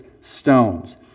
stones